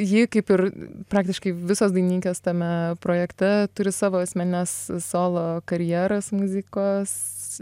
ji kaip ir praktiškai visos dainininkės tame projekte turi savo asmenines solo karjeras muzikos